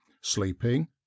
sleeping